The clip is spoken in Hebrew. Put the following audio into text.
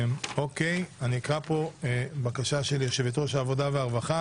אני אקרא בקשה: יושבת-ראש ועדת העבודה והרווחה